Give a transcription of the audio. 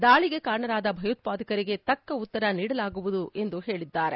ದಾಳಿಗೆ ಕಾರಣರಾದ ಭಯೋತ್ಪಾದಕರಿಗೆ ತಕ್ಕ ಉತ್ತರ ನೀಡಲಾಗುವುದು ಎಂದು ಹೇಳಿದ್ದಾರೆ